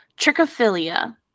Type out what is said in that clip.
trichophilia